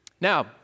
Now